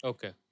Okay